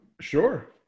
Sure